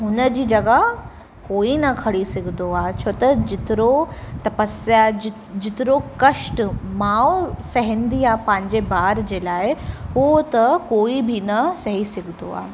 हुनजी जॻह कोई न खणी सघंदो आहे छो त जेतिरो तपस्या जि जेतिरो कष्ट माउ सहंदी आहे पंहिंजे बार जे लाइ उहो त कोई बि न सही सघंदो आहे